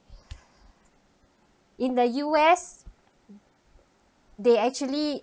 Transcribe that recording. in the U_S they actually